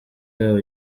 yabo